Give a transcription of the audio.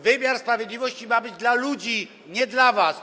Wymiar sprawiedliwości ma być dla ludzi, nie dla was.